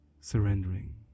surrendering